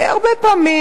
הרבה פעמים,